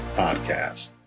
podcast